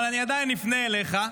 אבל אני עדיין אפנה אליך.